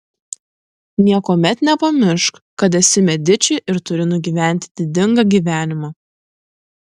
niekuomet nepamiršk kad esi mediči ir turi nugyventi didingą gyvenimą